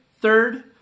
third